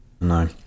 no